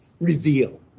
reveal